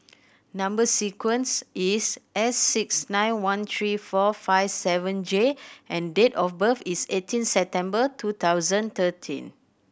number sequence is S six nine one three four five seven J and date of birth is eighteen September two thousand thirteen